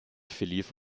verlief